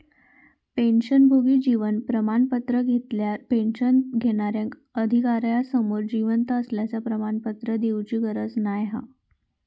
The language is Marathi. पेंशनभोगी जीवन प्रमाण पत्र घेतल्यार पेंशन घेणार्याक अधिकार्यासमोर जिवंत असल्याचा प्रमाणपत्र देउची गरज नाय हा